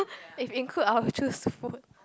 if include I will choose food